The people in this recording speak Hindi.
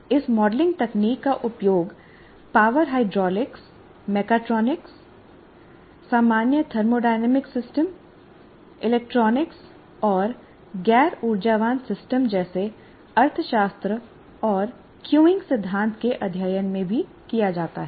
इस मॉडलिंग तकनीक का उपयोग पावर हाइड्रोलिक्स मेक्ट्रोनिक्स सामान्य थर्मोडायनामिक सिस्टम इलेक्ट्रॉनिक्स और गैर ऊर्जावान सिस्टम जैसे अर्थशास्त्र और क्यूइंग सिद्धांत के अध्ययन में भी किया जाता है